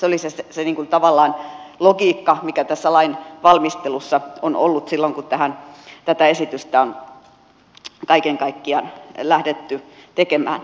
se oli tavallaan se logiikka mikä tässä lain valmistelussa on ollut silloin kun tätä esitystä on kaiken kaikkiaan lähdetty tekemään